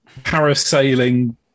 parasailing